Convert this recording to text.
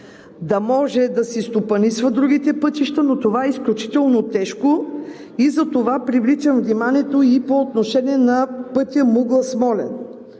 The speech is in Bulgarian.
да може да стопанисва другите пътища, но това е изключително тежко и затова привличам вниманието по отношение на пътя Мугла – Смолян.